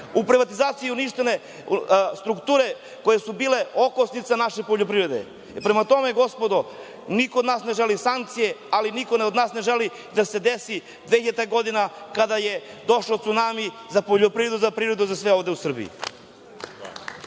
u privatizaciji uništene strukture koje su bile okosnica naše poljoprivrede. Prema tome, gospodo, niko od nas ne želi sankcije, ali niko od nas ne želi da se desi 2000. godina kada je došao cunami za poljoprivredu, za privredu, za sve ovde u Srbiji.